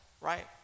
right